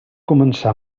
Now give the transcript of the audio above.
començà